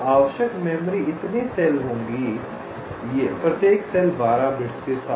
तो आवश्यक मेमोरी इतनी सेल होगी प्रत्येक सेल 12 बिट्स के साथ